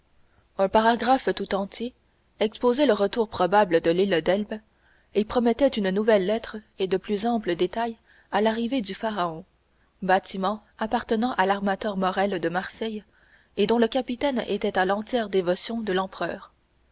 un paragraphe tout entier exposait le retour probable de l'île d'elbe et promettait une nouvelle lettre et de plus amples détails à l'arrivée du pharaon bâtiment appartenant à l'armateur morrel de marseille et dont le capitaine était à l'entière dévotion de l'empereur